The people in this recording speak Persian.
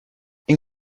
این